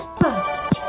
past